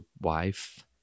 wife